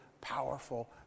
powerful